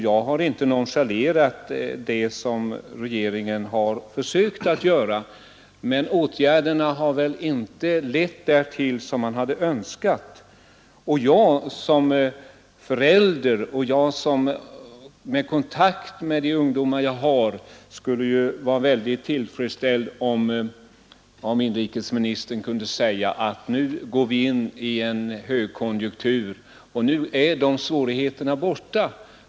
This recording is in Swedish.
Jag har inte nonchalerat de försök som regeringen gjort, men åtgärderna har väl inte lett till önskat resultat. Jag skulle som förälder och med tanke på den kontakt med de ungdomar som jag har vara mycket tillfredsställd, om inrikesministern kunde säga att vi nu går in i en högkonjunktur och att svårigheterna nu är borta.